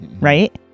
right